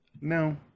no